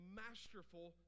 masterful